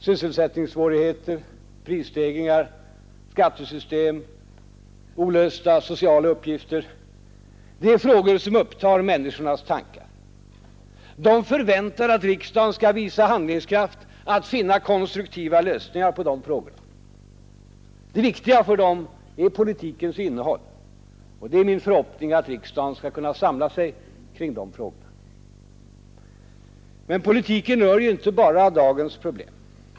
Sysselsättningssvårigheter, prisstegringar, skattesystem, olösta sociala uppgifter — det är frågor som upptar människornas tankar. De förväntar att riksdagen skall visa handlingskraft att finna konstruktiva lösningar på dessa frågor. Det viktiga för dem är politikens innehåll. Det är min förhoppning att riksdagen skall samla sig kring de frågorna. Men politiken rör inte bara dagens problem.